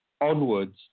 onwards